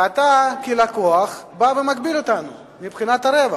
ואתה כלקוח בא ומגביל אותנו מבחינת הרווח.